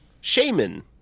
Shaman